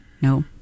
No